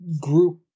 group